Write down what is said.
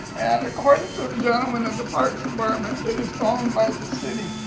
according to the gentleman at the parks department, it is owned by the city.